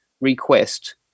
request